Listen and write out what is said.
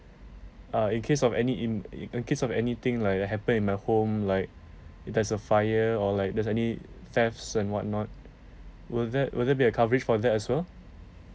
uh in case of any e~ in case of anything like it happen in my home like there's a fire or like there's any thefts and whatnot will that will there be a coverage for that as well